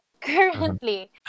currently